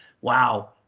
wow